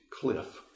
cliff